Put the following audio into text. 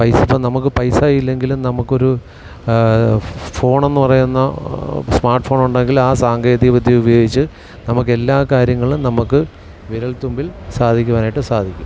പൈസ ഇപ്പം നമുക്ക് പൈസ ഇല്ലെങ്കിലും നമുക്കൊരു ഫോണ് എന്ന് പറയുന്ന സ്മാർട്ട്ഫോൺ ഉണ്ടെങ്കിൽ ആ സാങ്കേതിക വിദ്യ ഉപയോഗിച്ച് നമുക്ക് എല്ലാ കാര്യങ്ങളും നമുക്ക് വിരൽത്തുമ്പിൽ സാധിക്കുവാനായിട്ട് സാധിക്കും